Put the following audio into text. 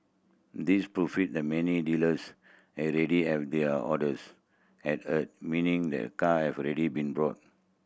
this that many dealers already have their orders at a meaning that car have already been bought